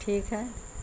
ٹھیک ہے